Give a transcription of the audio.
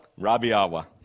Rabiawa